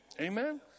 Amen